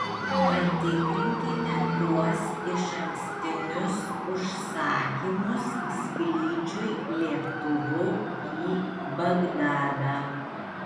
patikrinkite tuos išankstinius užsakymus skrydžiui lėktuvu į bagdadą